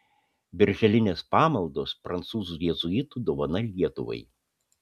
birželinės pamaldos prancūzų jėzuitų dovana lietuvai